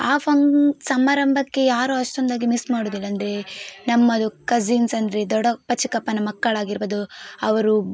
ಆ ಫಂ ಸಮಾರಂಭಕ್ಕೆ ಯಾರೂ ಅಷ್ಟೊಂದಾಗಿ ಮಿಸ್ ಮಾಡೋದಿಲ್ಲ ಅಂದರೆ ನಮ್ಮದು ಕಸಿನ್ಸ್ ಅಂದರೆ ದೊಡ್ಡಪ್ಪ ಚಿಕ್ಕಪ್ಪನ ಮಕ್ಕಳಾಗಿರ್ಬೋದು ಅವರು